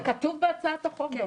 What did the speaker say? זה כתוב בהצעת החוק.